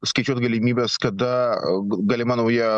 skaičiuot galimybes kada galima nauja